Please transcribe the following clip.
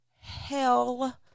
hell